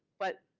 but,